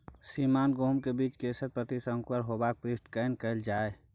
श्रीमान गेहूं के बीज के शत प्रतिसत अंकुरण होबाक पुष्टि केना कैल जाय?